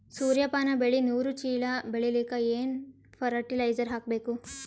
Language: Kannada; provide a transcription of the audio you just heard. ಸೂರ್ಯಪಾನ ಬೆಳಿ ನೂರು ಚೀಳ ಬೆಳೆಲಿಕ ಏನ ಫರಟಿಲೈಜರ ಹಾಕಬೇಕು?